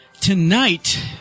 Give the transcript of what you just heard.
Tonight